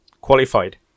qualified